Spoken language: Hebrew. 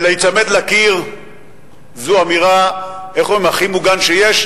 ולהיצמד לקיר זו אמירה, איך אומרים, הכי מוגן שיש?